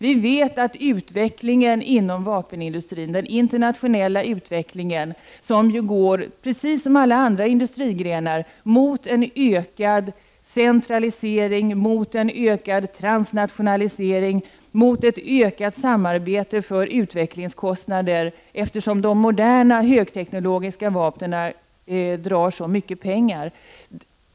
Vi vet att den internationella utvecklingen inom vapenindustrin, precis som alla andra industrigrenar, går mot en ökad centralisering, transnationalisering och ökat samarbete för utvecklingskostnader. Utvecklandet av de moderna högteknologiska vapnen medför ju så stora kostnader.